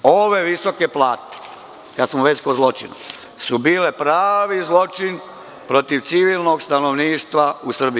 Ove visoke plate, kada smo već kod zločina, su bile pravi zločin protiv civilnog stanovništva u Srbiji.